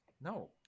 No